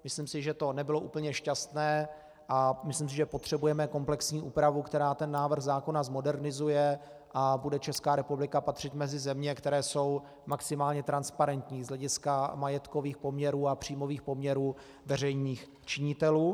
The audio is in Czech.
Myslím si, že to nebylo úplně šťastné, a myslím si, že potřebujeme komplexní úpravu, která ten návrh zákona zmodernizuje, a bude Česká republika patřit mezi země, které jsou maximálně transparentní z hlediska majetkových poměrů a příjmových poměrů veřejných činitelů.